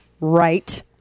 right